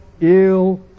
ill